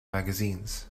magazines